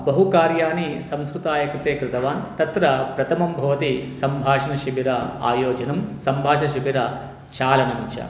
बहु कार्याणि संस्कृताय कृते कृतवान् तत्र प्रथमं भवति सम्भाषणशिबिरम् आयोजनं सम्भाषणशिबिरचालनं च